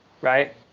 right